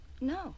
No